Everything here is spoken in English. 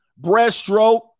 breaststroke